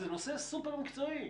זה נושא סופר מקצועי.